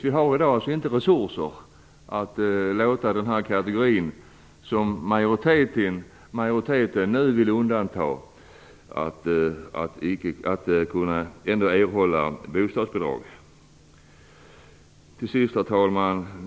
Vi har i dag alltså inte resurser att låta den kategori som majoriteten nu vill undanta fortsätta att erhålla bostadsbidrag. Herr talman!